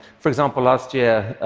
for example, last year,